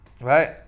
right